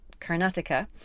Karnataka